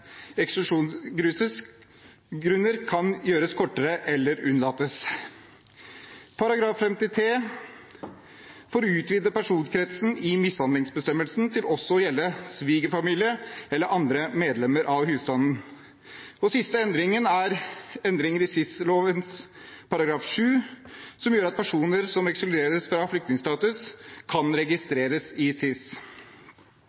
kan gjøres kortere eller unnlates, og det handler om § 53, om å utvide personkretsen i mishandlingsbestemmelsen til også å gjelde svigerfamilie eller andre medlemmer av husstanden. Den siste endringen er endringen i SIS-loven § 7, som gjør at personer som ekskluderes fra flyktningstatus, kan